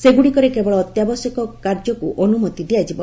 ସେଗୁଡ଼ିକରେ କେବଳ ଅତ୍ୟାବଶ୍ୟକ କାର୍ଯ୍ୟକୁ ଅନୁମତି ଦିଆଯିବ